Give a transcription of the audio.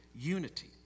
unity